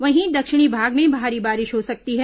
वहीं दक्षिणी भाग में भारी बारिश हो सकती है